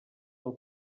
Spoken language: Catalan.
del